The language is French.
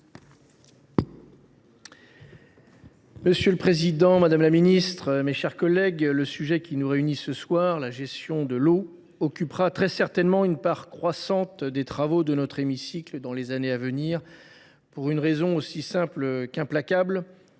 Monsieur le président, madame la ministre, mes chers collègues, le sujet qui nous réunit ce soir, la gestion de l’eau, occupera très certainement une part croissante de nos travaux dans les années à venir. La raison en est aussi simple qu’implacable